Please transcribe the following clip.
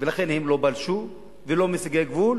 ולכן הם לא פלשו והם לא מסיגי גבול.